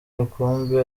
rukumbi